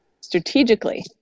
Strategically